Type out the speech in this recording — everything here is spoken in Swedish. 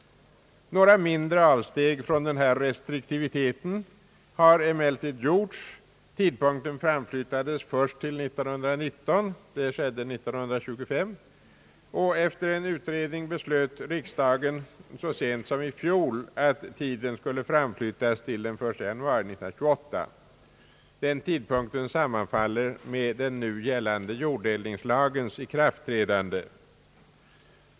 Några mindre avsteg från denna restriktivitet har emellertid gjorts. Tidpunkten framflyttades först till 1919 — det skedde år 1925 — och efter en utredning beslöt riksdagen så sent som i fjol att tidpunkten skulle framflyttas till den 1 januari 1928. Den tidpunkten sammanfaller med den nu gällande jorddelningslagens ikraftträdande.